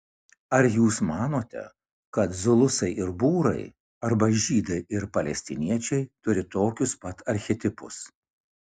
ar jūs manote kad zulusai ir būrai arba žydai ir palestiniečiai turi tokius pat archetipus